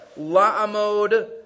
La'amod